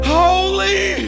holy